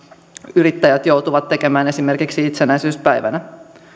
yrittäjät joutuvat tekemään esimerkiksi itsenäisyyspäivänä